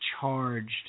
charged